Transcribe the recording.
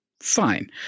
fine